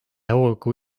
hoogu